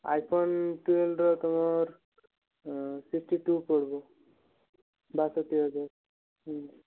iPhone ଟ୍ୱେଲଭ୍ର ତମର sixty two ପଡ଼ିବ ବାଷଠି ହଜାର